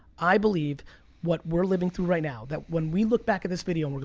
i believe what we're living through right now, that when we look back at this video, we're